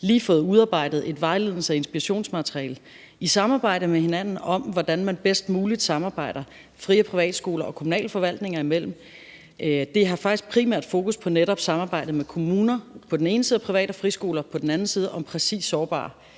lige har fået udarbejdet et vejlednings- og inspirationsmateriale i samarbejde med hinanden, om hvordan man bedst muligt samarbejder fri- og privatskoler og kommunalforvaltninger imellem. Det har faktisk primært fokus på netop samarbejdet mellem på den ene side kommuner og på den anden side privat-